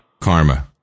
Karma